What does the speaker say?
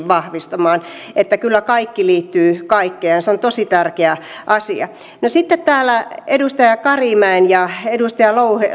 vahvistamaan että kyllä kaikki liittyy kaikkeen ja se on tosi tärkeä asia sitten täällä edustaja karimäen ja edustaja